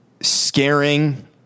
scaring